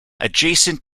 adjacent